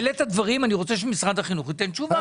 העלית דברים ואני רוצה שמשרד החינוך ייתן תשובה.